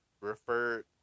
referred